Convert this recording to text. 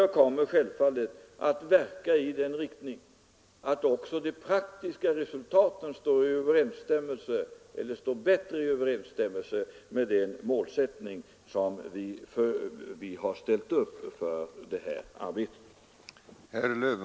Jag kommer självfallet att verka i den riktningen att också de praktiska resultaten står i bättre överensstämmelse med den målsättning som vi har för detta arbete.